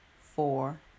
four